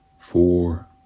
four